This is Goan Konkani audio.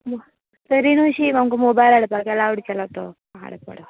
मो तरी नशीब आमकां मोबाईल हाडपाक अलावड केला तो पाड पडो